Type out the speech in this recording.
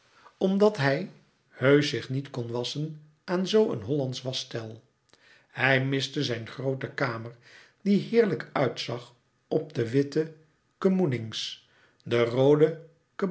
omdat hij heusch zich niet kon wasschen aan zoo een hollandsch waschstel hij miste zijn groote kamer die heerlijk uitzag op de witte kemoenings de roode